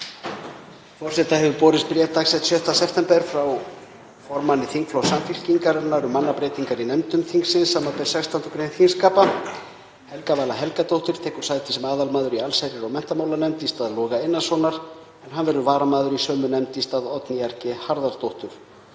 Forseta hefur borist bréf, dags. 6. september sl., frá formanni þingflokks Samfylkingarinnar um mannabreytingar í nefndum þingsins, samanber 16. gr. þingskapa. Helga Vala Helgadóttir tekur sæti sem aðalmaður í allsherjar- og menntamálanefnd í stað Loga Einarssonar en hann verður varamaður í sömu nefnd í stað Oddnýjar G. Harðardóttur.